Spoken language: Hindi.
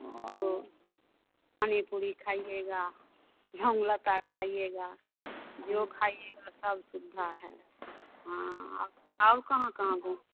और पानी पूरी खाइएगा झमलता खाइएगा जो खाइएगा सब सुविधा है हाँ और कहाँ कहाँ घूमना